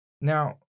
Now